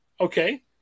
Okay